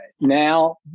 now